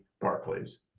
Barclays